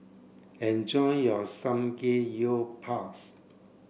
enjoy your Samgeyopsal